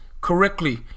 correctly